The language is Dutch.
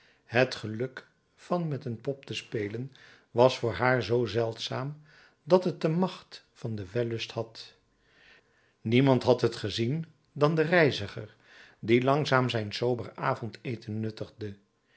het geluk van met een pop te spelen was voor haar zoo zeldzaam dat het de macht van den wellust had niemand had het gezien dan de reiziger die langzaam zijn sober avondeten nuttigde